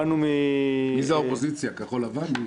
מי זה האופוזיציה, כחול לבן?